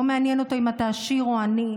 לא מעניין אותו אם אתה עשיר או עני.